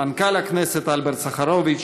מנכ"ל הכנסת אלברט סחרוביץ,